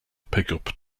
pickup